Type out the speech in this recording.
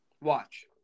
Watch